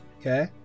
Okay